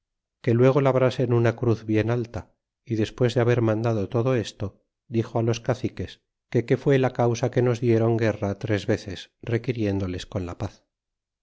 que luego labrasen una cruz bien alta y despues de haber mandado todo esto dixo a los caciques que qué fué la causa que nos diéron guerra tres v eces requiriéndoles con la paz